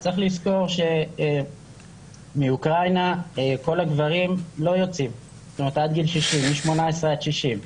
צריך לזכור שמאוקראינה כל הגברים לא יוצאים מגיל 18 עד 60,